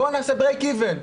בוא נעשה break even,